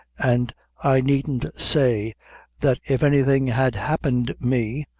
and i needn't say that if anything had happened me,